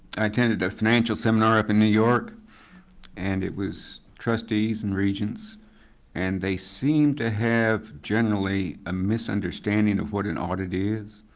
i attended the financial seminar up in new york and it was trustees and regents and they seemed to have generally a misunderstanding of what an audit is.